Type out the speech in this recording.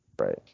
right